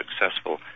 successful